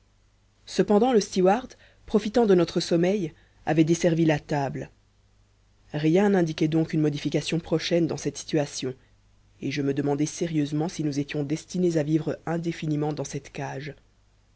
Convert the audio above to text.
cependant le stewart profitant de notre sommeil avait desservi la table rien n'indiquait donc une modification prochaine dans cette situation et je me demandai sérieusement si nous étions destinés à vivre indéfiniment dans cette cage